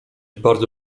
bardzo